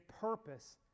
purpose